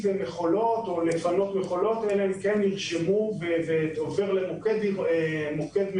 מכולות או לפנות מכולות אלא אם כן נרשמו במוקד משותף.